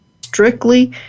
strictly